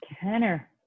Kenner